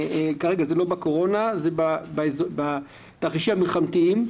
זה לא בקורונה אלא בתרחישים המלחמתיים,